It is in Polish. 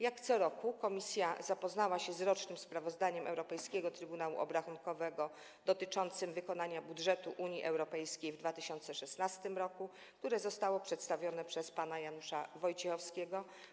Jak co roku komisja zapoznała się z rocznym sprawozdaniem Europejskiego Trybunału Obrachunkowego dotyczącym wykonania budżetu Unii Europejskiej w 2016 r., które zostało przedstawione przez pana Janusza Wojciechowskiego.